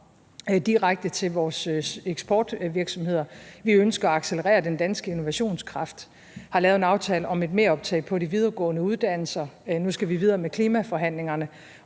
direkte til vores eksportvirksomheder. Vi ønsker at accelerere den danske innovationskraft og har lavet en aftale om et meroptag på de videregående uddannelser. Nu skal vi videre med klimaforhandlingerne